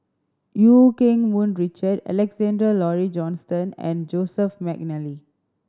Eu Keng Mun Richard Alexander Laurie Johnston and Joseph McNally